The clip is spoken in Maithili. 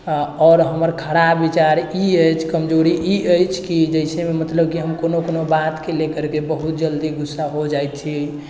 आओर हमर खराब विचार ई अछि कमजोरी ई अछि कि जइसे मतलब कि हम कोनो कोनो बातके लऽ करिके बहुत जल्दी गुस्सा हो जाइ छी